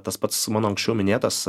tas pats mano anksčiau minėtas